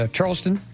Charleston